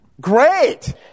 Great